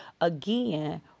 again